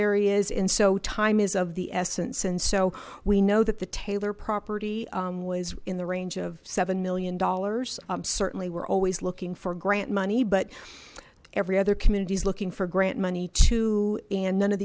areas in so time is of the essence and so we know that the taylor property is in the range of seven million dollars certainly we're always looking for grant money but every other communities looking for grant money too and none of